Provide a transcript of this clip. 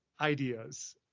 ideas